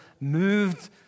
moved